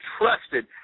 trusted